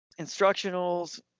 instructionals